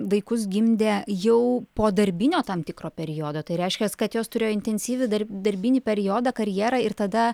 vaikus gimdė jau po darbinio tam tikro periodo tai reiškias kad jos turėjo intensyvį darbinį periodą karjerą ir tada